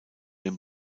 den